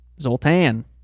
zoltan